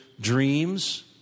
dreams